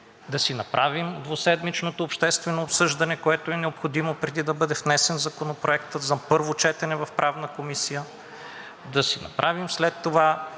да си направим двуседмичното обществено обсъждане, което е необходимо, преди да бъде внесен Законопроектът за първо четене в Правната комисия, да си направим след това